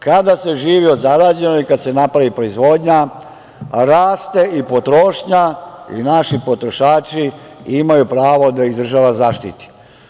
Kada se živi od zarađenog i kada se napravi proizvodnja, raste i potrošnja i naši potrošači imaju pravo da ih država zaštiti.